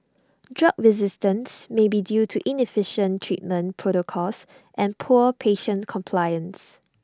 drug resistance may be due to inefficient treatment protocols and poor patient compliance